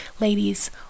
Ladies